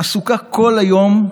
עסוקה כל היום,